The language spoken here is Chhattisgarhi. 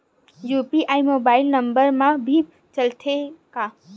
यू.पी.आई मोबाइल नंबर मा भी चलते हे का?